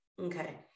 Okay